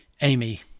Amy